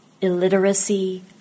illiteracy